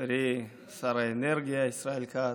חברי שר האנרגיה ישראל כץ,